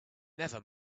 never